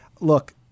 look